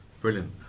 Brilliant